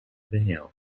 veil